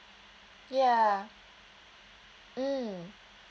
ya mm